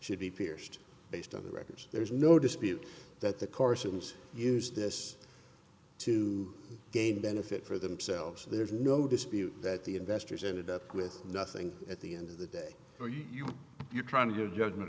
should be pierced based on the record there's no dispute that the corson's used this to gain benefit for themselves so there's no dispute that the investors ended up with nothing at the end of the day are you you're trying your judgment